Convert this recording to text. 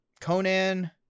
Conan